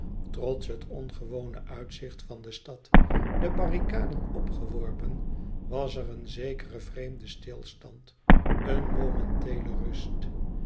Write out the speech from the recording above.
trots het ongewone uitzicht van de stad de barrikaden opgeworpen was er een zekere vreemde stilstand een momenteele rust